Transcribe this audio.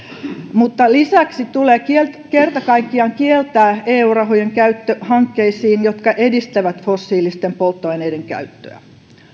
mutta lisäksi tulee kerta kaikkiaan kieltää eu rahojen käyttö hankkeissa jotka edistävät fossiilisten polttoaineiden käyttöä